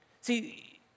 See